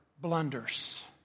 blunders